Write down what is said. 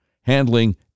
handling